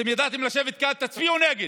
אתם ידעתם לשבת כאן, תצביעו נגד.